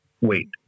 wait